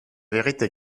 vérité